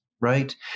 Right